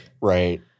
Right